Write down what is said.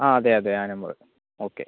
ആ അതെ അതെ ആ നമ്പർ ഓക്കെ